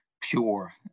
pure